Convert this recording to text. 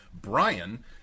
Brian